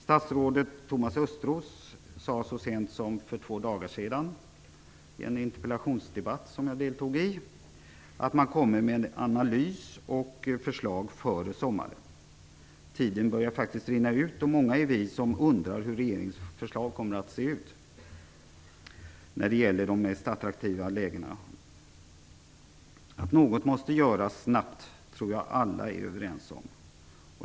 Statsrådet Thomas Östros sade så sent som för två dagar sedan i en interpellationsdebatt som jag deltog i att man kommer med en analys och ett förslag före sommaren. Tiden börjar faktiskt rinna ut. Många är vi som undrar hur regeringens förslag kommer att se ut när det gäller de mest attraktiva lägena. Att något måste göras snabbt tror jag alla är överens om.